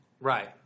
Right